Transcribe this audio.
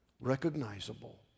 Recognizable